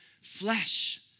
flesh